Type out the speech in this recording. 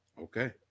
Okay